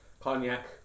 cognac